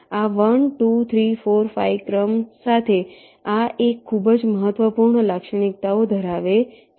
આ 1 2 3 4 5 ક્રમ સાથે આ એક ખૂબ જ મહત્વપૂર્ણ લાક્ષણિકતાઓ ધરાવે છે